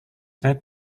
saya